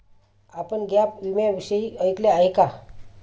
आपण गॅप विम्याविषयी ऐकले आहे का?